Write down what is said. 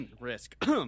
risk